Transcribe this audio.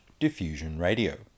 diffusionradio